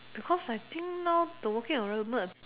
because I think now the working environment